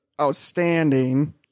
outstanding